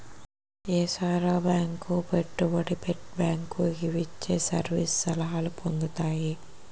ఏసార bank పెట్టుబడి bank ఇవిచ్చే service సలహాలు పొందుతాయి